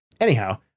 Anyhow